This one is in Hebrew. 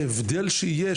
שהבדל שיהיה,